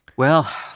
well,